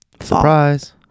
Surprise